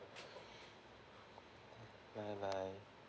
bye bye